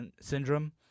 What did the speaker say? syndrome